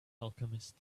alchemist